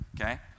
Okay